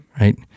right